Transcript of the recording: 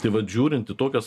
tai vat žiūrint į tokias